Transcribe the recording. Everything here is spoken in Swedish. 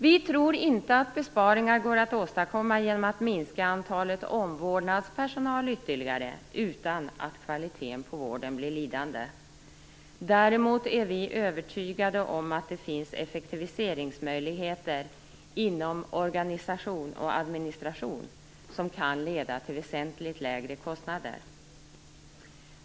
Vi tror inte att besparingar går att åstadkomma genom att man minskar antalet omvårdnadspersonal ytterligare utan att kvaliteten på vården blir lidande. Däremot är vi övertygade om att det finns effektiviseringsmöjligheter inom organisation och administration som kan leda till väsentligt lägre kostnader.